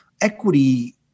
equity